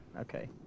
Okay